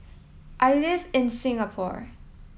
I live in Singapore